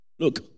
Look